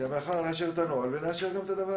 כשנאשר את הנוהל מחר ונאשר גם את זה,